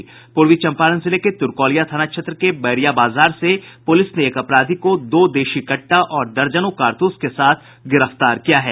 पूर्वी चंपारण जिले के तुरकौलिया थाना क्षेत्र के बैरिया बाजार से पुलिस ने एक अपराधी को दो देशी कट्टा और दर्जनों कारतूस के साथ गिरफ्तार किया है